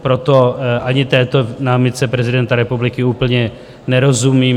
Proto ani této námitce prezidenta republiky úplně nerozumím.